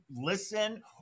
listen